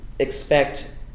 expect